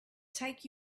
take